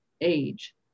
age